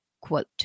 quote